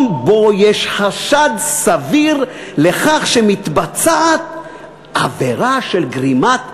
שבו יש חשד סביר לכך שמתבצעת עבירה של גרימת רעש.